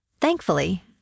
thankfully